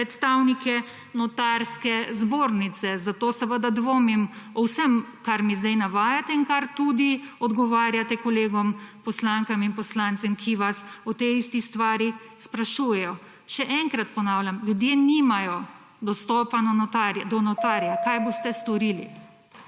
predstavnike Notarske zbornice, zato seveda dvomim o vsem, kar mi zdaj navajate in kar tudi odgovarjate kolegom poslankam in poslancem, ki vas o tej isti stvari sprašujejo. Še enkrat ponavljam, ljudje nimajo dostopa do notarja: Kaj boste storili?